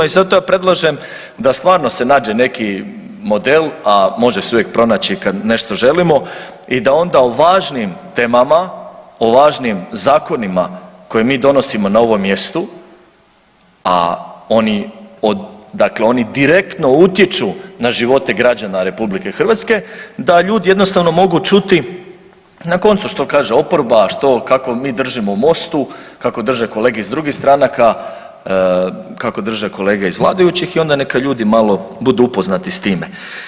I zato ja predlažem da stvarno se nađe neki model, a može se uvijek pronaći kad nešto želimo i da onda o važnim temama, o važnim zakonima koje mi donosimo na ovom mjestu, a oni od, dakle oni direktno utječu na živote građana RH da ljudi jednostavno mogu čuti na koncu što kaže oporba, što kako mi držimo u MOST-u, kako drže kolege iz drugih stranaka, kako drže kolege iz vladajućih i onda neka ljudi budu malo upoznati s time.